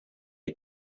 est